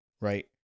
Right